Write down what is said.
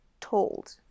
told